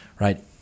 right